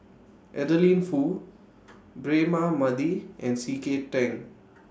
Adeline Foo Braema Mathi and C K Tang